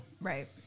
Right